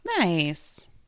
Nice